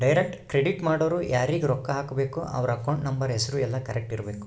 direct credit ಮಾಡೊರು ಯಾರೀಗ ರೊಕ್ಕ ಹಾಕಬೇಕು ಅವ್ರ ಅಕೌಂಟ್ ನಂಬರ್ ಹೆಸರು ಯೆಲ್ಲ ಕರೆಕ್ಟ್ ಇರಬೇಕು